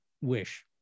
wish